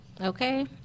Okay